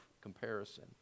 comparison